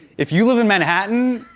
if you live in manhattan,